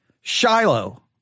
shiloh